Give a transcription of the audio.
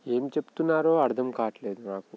ఏం చెబుతున్నారో అర్థం కావట్లేదు నాకు